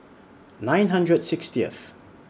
nine hundred sixtieth